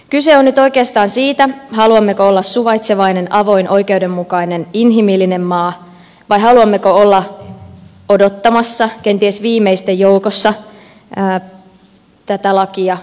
kyse on nyt oikeastaan siitä haluammeko olla suvaitsevainen avoin oikeudenmukainen inhimillinen maa vai haluammeko olla odottamassa kenties viimeisten joukossa tätä lakia